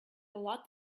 lot